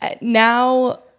now